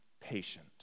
patient